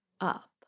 up